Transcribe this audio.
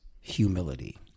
humility